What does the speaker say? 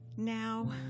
now